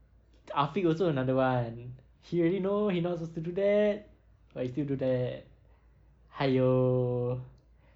afiq also another one he already know he not supposed to do that but he still do that !aiyo!